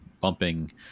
bumping